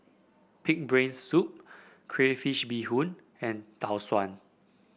pig brains soup Crayfish Beehoon and Tau Suan